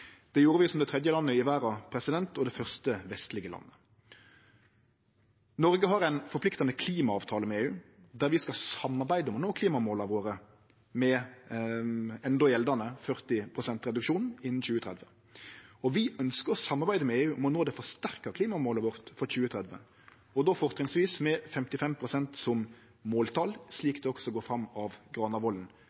Det gjorde vi som det tredje landet i verda og det første vestlege landet. Noreg har ein forpliktande klimaavtale med EU, der vi skal samarbeide om å nå klimamåla våre med enno gjeldande 40 pst. reduksjon innan 2030. Vi ønskjer å samarbeide med EU om å nå det forsterka klimamålet vårt for 2030, og då fortrinnsvis med 55 pst. som måltal, slik det også går fram av